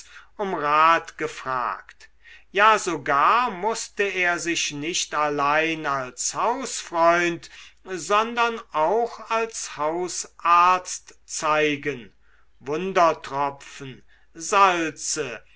um rat gefragt ja sogar mußte er sich nicht allein als hausfreund sondern auch als hausarzt zeigen wundertropfen salze